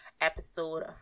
episode